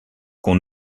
qu’on